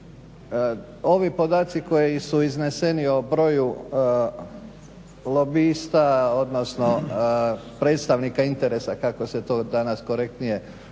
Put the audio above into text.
Ovi podaci koji su izneseni o broju lobista, odnosno predstavnika interesa, kako se to danas korektnije